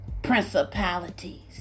principalities